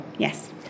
Yes